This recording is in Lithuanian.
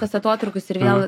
tas atotrūkis ir vėl